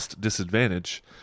disadvantage